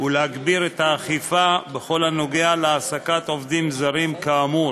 ולהגביר את האכיפה בכל הנוגע להעסקת עובדים זרים כאמור.